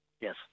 Yes